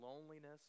loneliness